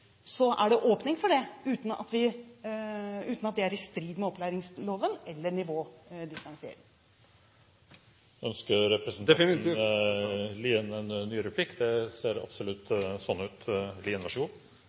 er det åpning for det, uten at det er i strid med opplæringsloven eller er nivådifferensiering. Jeg forstår fortsatt ikke dette. For eksempel at det